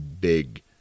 big